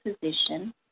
position